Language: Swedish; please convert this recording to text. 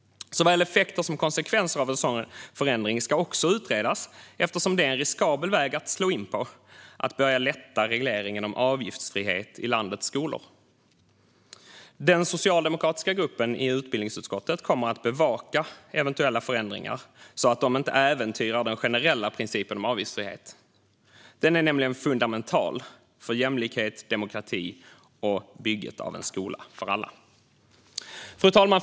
Såväl effekter som konsekvenser av en sådan förändring ska också utredas eftersom det är en riskabel väg att slå in på att börja lätta på regleringen om avgiftsfrihet i landets skolor. Den socialdemokratiska gruppen i utbildningsutskottet kommer att bevaka att eventuella förändringar inte äventyrar den generella principen om avgiftsfrihet. Den är nämligen fundamental för jämlikhet, demokrati och bygget av en skola för alla. Fru talman!